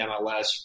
MLS